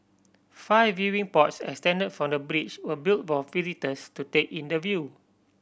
five viewing pods extend from the bridge were built for visitors to take in the view